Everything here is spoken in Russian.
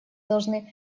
должны